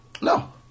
No